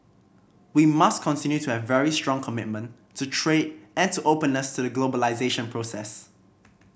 we must continue to have very strong commitment to trade and to openness to the globalisation process